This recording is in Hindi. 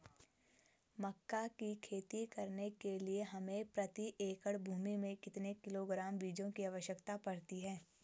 मक्का की खेती करने के लिए हमें प्रति एकड़ भूमि में कितने किलोग्राम बीजों की आवश्यकता पड़ती है?